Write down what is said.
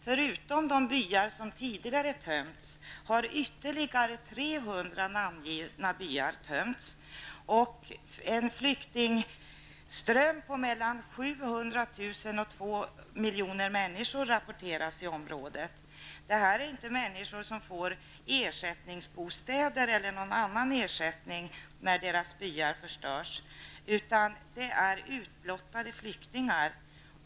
Förutom de byar som tidigare tömts på sin befolkning har nu ytterligare 300 namngivna byar tömts. En flyktingström på mellan 700 000 och 2 miljoner människor rapporteras i området. Detta är inte människor som får ersättningsbostäder eller någon annan ersättning när deras byar förstörs, utan det är fråga om utblottade flyktingar.